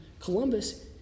Columbus